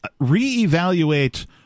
reevaluate